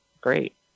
great